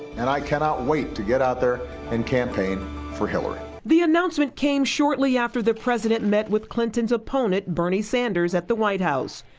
and i cannot wait to get out there and campaign for hillary. charlene the announcement came shortly after the president met with clinton's opponent, bernie sanders, at the white house.